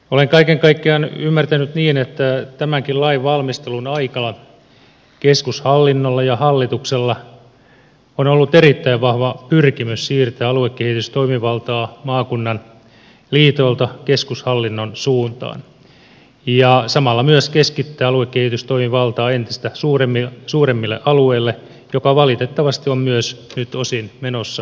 olen kaiken kaikkiaan ymmärtänyt niin että tämänkin lainvalmistelun aikana keskushallinnolla ja hallituksella on ollut erittäin vahva pyrkimys siirtää aluekehitystoimivaltaa maakunnan liitoilta keskushallinnon suuntaan ja samalla myös keskittää aluekehitystoimivaltaa entistä suuremmille alueille mikä valitettavasti on myös nyt osin menossa lävitse